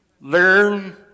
Learn